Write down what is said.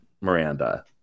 Miranda